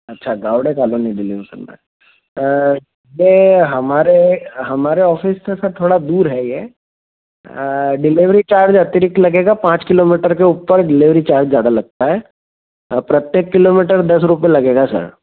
अच्छा Gawde colony deliver करना है यह हमारे हमारे ऑफ़िस से सर थोड़ा दूर है ये डिलेवरी चार्ज अतिरिक्त लगेगा पाँच किलोमीटर के ऊपर डिलेवरी चार्ज ज़्यादा लगता है प्रत्येक किलोमीटर दस रुपये लगेगा सर